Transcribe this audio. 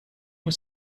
was